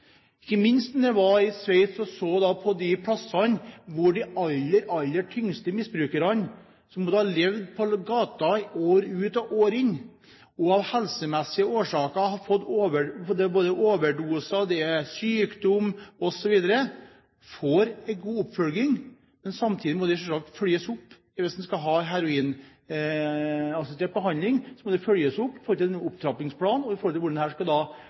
Ikke minst da vi var i Sveits, så vi på de stedene hvor de aller, aller tyngste misbrukerne – som har levd på gata år ut og år inn, og som har tatt overdoser, det er sykdom osv. – får en god oppfølging. Men samtidig må de selvsagt følges opp hvis de skal ha en heroinassistert behandling – følges opp i forhold til en opptrappingsplan og i forhold til hvordan de skal